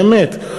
באמת,